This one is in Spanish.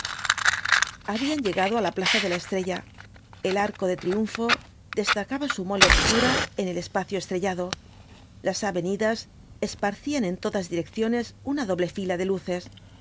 habían llegado á la plaza de la estrella el arco de triunfo destacaba su mole obscura en el espacio estrellado las avenidas esparcían en todas direcciones una doble fila de luces los